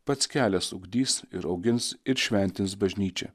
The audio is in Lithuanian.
pats kelias ugdys ir augins ir šventins bažnyčią